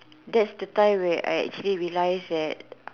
that's the time where I actually realize that